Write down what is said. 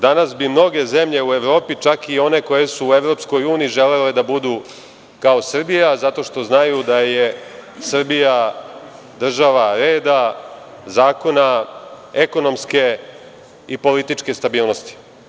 Danas bi mnoge zemlje u Evropi, čak i one koje su u EU, želele da budu kao Srbija, zato što znaju da je Srbija država reda, zakona, ekonomske i političke stabilnosti.